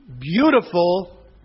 beautiful